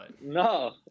No